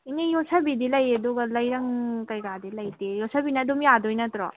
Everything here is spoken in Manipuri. ꯏꯅꯦ ꯌꯣꯠꯁꯕꯤꯗꯤ ꯂꯩ ꯑꯗꯨꯒ ꯂꯩꯔꯪ ꯀꯔꯤ ꯀꯔꯥꯗꯤ ꯂꯩꯇꯦ ꯌꯣꯠꯁꯕꯤꯅ ꯑꯗꯨꯝ ꯌꯥꯒꯗꯣꯏ ꯅꯠꯇ꯭ꯔꯣ